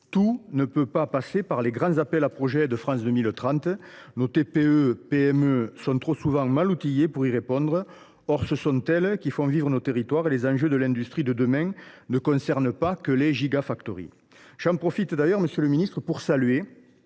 Tout ne peut pas passer par les grands appels à projets de France 2030, nos TPE PME étant trop souvent mal outillées pour y répondre. Or ce sont elles qui font vivre nos territoires, et les enjeux de l’industrie de demain ne concernent pas que les. J’en profite d’ailleurs, monsieur le ministre, pour saluer